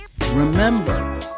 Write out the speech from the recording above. Remember